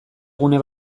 gune